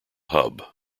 hub